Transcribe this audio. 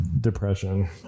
depression